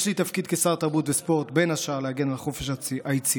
יש לי תפקיד כשר התרבות והספורט בין השאר להגן על חופש היצירה,